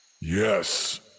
Yes